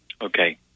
Okay